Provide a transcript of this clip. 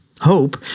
Hope